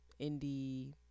indie